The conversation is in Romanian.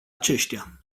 aceștia